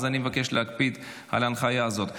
אז אני מבקש להקפיד על ההנחיה הזאת.